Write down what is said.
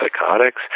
psychotics